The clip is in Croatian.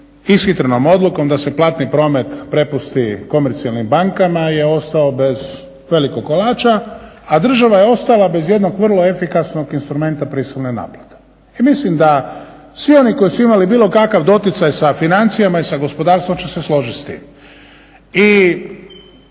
ishitrenom odlukom da se platni promet prepusti komercijalnim bankama je ostao bez velikog kolača, a država je ostala bez jednog vrlo efikasnog instrumenta prisilne naplate. I mislim da svi oni koji su imali bilo kakav doticaj sa financijama i sa gospodarstvom će se složiti